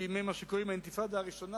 בימי מה שקוראים "האינתיפאדה הראשונה",